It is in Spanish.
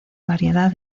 variedad